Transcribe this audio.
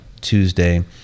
tuesday